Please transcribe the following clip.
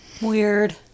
Weird